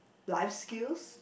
life skills